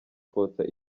kotsa